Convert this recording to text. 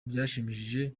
byashimishije